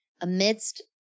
amidst